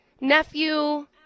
nephew